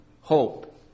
hope